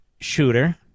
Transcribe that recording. shooter